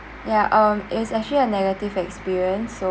ya um it's actually a negative experience so